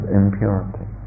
impurity